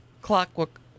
Clockwork